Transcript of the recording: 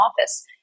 office